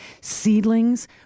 Seedlings